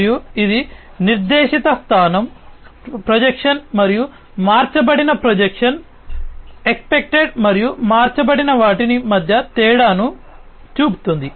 మరియు ఇది నిర్దేశిత స్థానం ఎక్స్పెక్టెడ్ మరియు మార్చబడిన వాటి మధ్య తేడాను చూపుతుంది